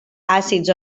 àcids